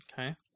Okay